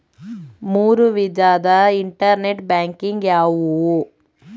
ಮೂರು ವಿಧದ internet banking ಯಾವುವು?